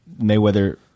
Mayweather –